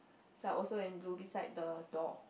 are also in blue beside the door